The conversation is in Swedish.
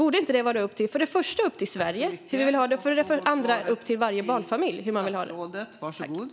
Borde det inte vara för det första upp till Sverige att bestämma hur vi vill ha det och för det andra upp till varje barnfamilj att bestämma hur man vill ha det?